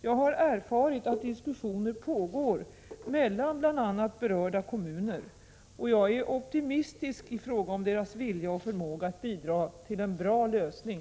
Jag har erfarit att diskussioner pågår mellan bl.a. berörda kommuner, och jag är optimistisk i fråga om deras vilja och förmåga att medverka till en bra lösning.